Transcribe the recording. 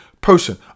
person